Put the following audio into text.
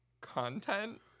content